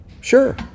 Sure